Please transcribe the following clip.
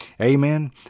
Amen